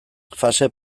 fase